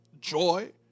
joy